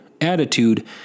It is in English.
attitude